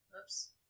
oops